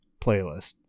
playlist